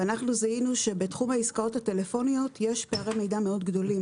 ואנחנו זיהינו שבתחום העסקאות הטלפוניות יש פערי מידע מאוד גדולים